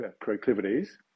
proclivities